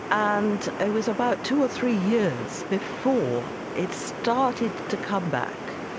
and it was about two or three years before it started to come back.